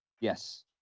yes